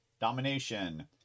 Domination